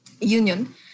union